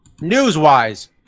News-wise